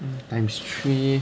mm times three